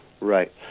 right